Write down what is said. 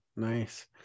Nice